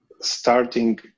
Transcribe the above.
starting